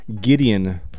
Gideon